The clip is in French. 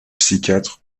psychiatre